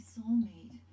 soulmate